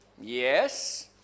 Yes